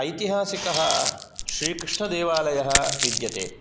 ऐतिहासिकः श्रीकृष्णदेवालयः विद्यते